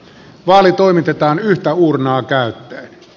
vaali toimitetaan yhtä uurnaa käyttäen